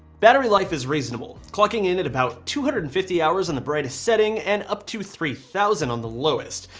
battery life is reasonable. clocking in at about two hundred and fifty hours in the brightest setting and up to three thousand on the lowest,